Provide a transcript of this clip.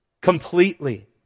Completely